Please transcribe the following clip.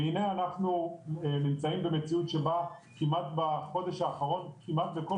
והנה אנחנו נמצאים במציאות שבה בחודש האחרון כמעט בכל